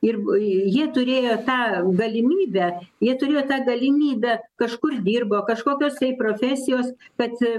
ir jie turėjo tą galimybę jie turėjo tą galimybę kažkur dirbo kažkokios tai profesijos kad